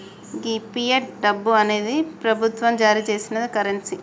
గీ fiat డబ్బు అనేది ప్రభుత్వం జారీ సేసిన కరెన్సీ